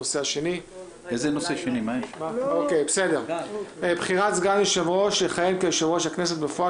הנושא השני: בחירת סגן יושב-ראש לכהן כיושב-ראש הכנסת בפועל